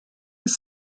des